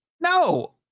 No